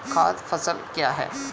खाद्य फसल क्या है?